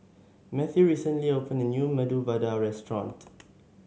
Matthew recently opened a new Medu Vada Restaurant